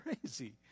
crazy